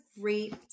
great